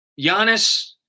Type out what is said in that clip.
Giannis